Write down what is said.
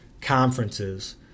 conferences